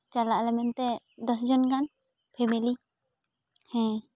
ᱪᱟᱞᱟᱜ ᱟᱞᱮ ᱢᱮᱱᱛᱮ ᱫᱚᱥ ᱡᱚᱱ ᱜᱟᱱ ᱯᱷᱮᱢᱮᱞᱤ ᱦᱮᱸ